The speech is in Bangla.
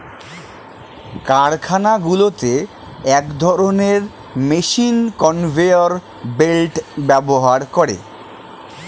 কারখানাগুলোতে এক ধরণের মেশিন কনভেয়র বেল্ট ব্যবহার করে